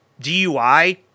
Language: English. DUI